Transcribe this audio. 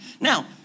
Now